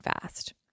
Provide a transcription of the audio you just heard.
fast